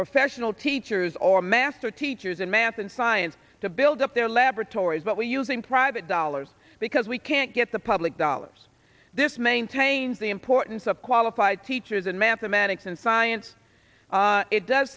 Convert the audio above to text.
professional teachers or master teachers in math and science to build up their laboratories but we're using private dollars because we can't get the public dollars this maintains the importance of qualified teachers in mathematics and science it does